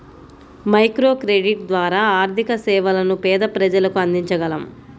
microcredit ద్వారా ఆర్థిక సేవలను పేద ప్రజలకు అందించగలం